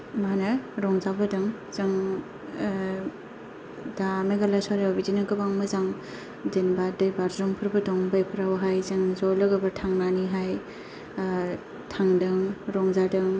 माहोनो रंजाबोदों जों ओ दा मेघालया सहराव बिदिनो गोबां मोजां जेनबा दैबाज्रुमफोरबो दं बेफोरावहाय जों ज' लोगोफोर थांनानैहाय ओ थांदों रंजादों